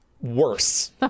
worse